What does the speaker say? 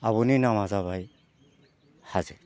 आब'नि नामआ जाबाय हाजो